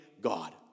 God